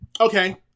Okay